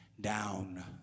down